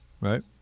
right